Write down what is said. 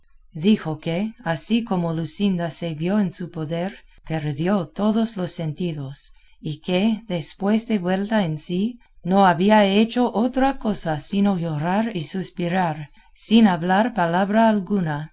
dijo que así como luscinda se vio en su poder perdió todos los sentidos y que después de vuelta en sí no había hecho otra cosa sino llorar y suspirar sin hablar palabra alguna